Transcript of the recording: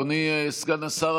אדוני סגן השר.